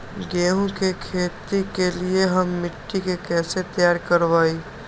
गेंहू की खेती के लिए हम मिट्टी के कैसे तैयार करवाई?